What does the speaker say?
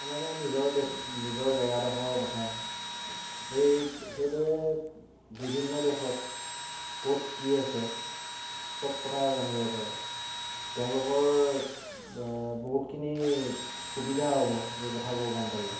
এনেকৈ নিজৰ দেশ নিজৰ জেগাডোখৰ কথা সেই সেইদৰে বিভিন্ন দেশত ক'ত কি আছে চব কথা জানিব পাৰে তেওঁলোকৰ বহুতখিনি সুবিধা হ'ব সেই কথাবোৰ গম পালে